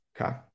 okay